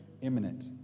Imminent